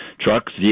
trucks